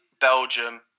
Belgium